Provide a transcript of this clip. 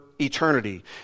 eternity